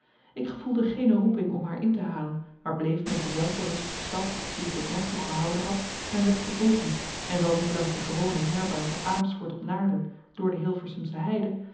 ik gevoelde geene roeping om haar in te halen maar bleef met denzelfden rustigen stap dien ik tot nog toe gehouden had mijn weg vervolgen en wel niet langs de gewone heirbaan van amersfoort op naarden door de hilversumsche heide